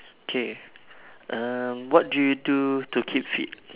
okay um what do you do to keep fit